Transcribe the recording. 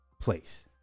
place